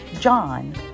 John